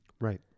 Right